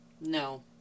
No